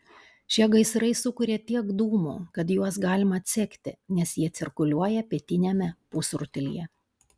šie gaisrai sukuria tiek dūmų kad juos galima atsekti nes jie cirkuliuoja pietiniame pusrutulyje